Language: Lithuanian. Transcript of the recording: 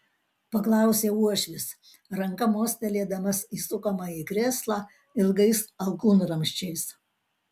paklausė uošvis ranka mostelėdamas į sukamąjį krėslą ilgais alkūnramsčiais